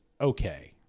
okay